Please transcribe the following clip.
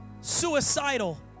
suicidal